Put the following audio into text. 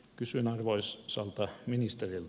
kysyn arvoisalta ministeriltä